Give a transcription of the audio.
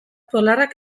polarrak